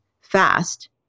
fast